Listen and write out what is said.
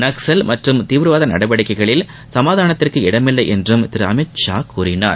நக்ஸல் மற்றும் தீவிரவாத நடவடிக்கைகளில் சமாதானத்திற்கு இடமில்லை என்றும் திரு அமித்ஷா கூறினார்